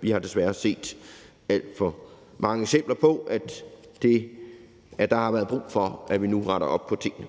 Vi har desværre set alt for mange eksempler på, at der har været brug for, at vi nu retter op på tingene.